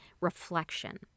reflection